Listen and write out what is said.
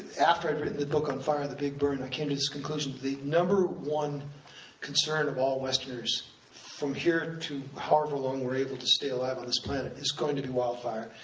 after i'd written the book on fire, the big burn, i came to this conclusion, the number one concern of all westerners from here to however long we're able to stay alive on this planet, is going to be wildfire.